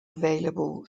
available